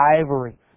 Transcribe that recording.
ivory